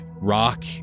rock